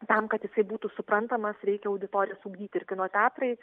tam kad jisai būtų suprantamas reikia auditorijas ugdyti ir kino teatrai